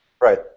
Right